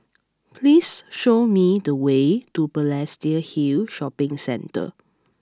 please show me the way to Balestier Hill Shopping Centre